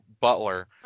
butler